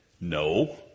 No